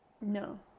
No